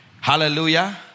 Hallelujah